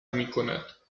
میکند